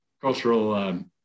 cultural